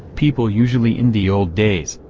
people usually in the old days,